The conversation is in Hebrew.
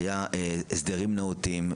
היו הסדרים נאותים.